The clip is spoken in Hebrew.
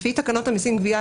לפי תקנות המסים (גבייה),